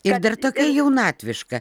ir dar tokia jaunatviška